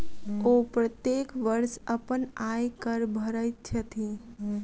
ओ प्रत्येक वर्ष अपन आय कर भरैत छथि